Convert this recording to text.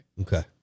Okay